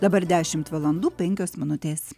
dabar dešimt valandų penkios minutės